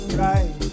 right